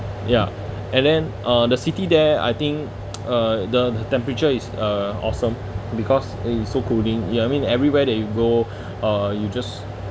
ya and then uh the city there I think uh the temperature is a awesome because it is so cooling ya I mean everywhere that you go uh you just